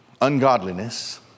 ungodliness